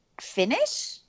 finish